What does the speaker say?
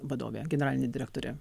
vadovė generalinė direktorė